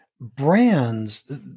brands